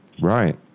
Right